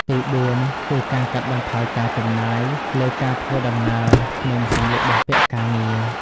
ទីបួន គឺ ការកាត់បន្ថយការចំណាយ លើការធ្វើដំណើរ និងសំលៀកបំពាក់ការងារ។